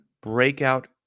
breakout